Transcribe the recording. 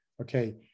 Okay